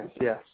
yes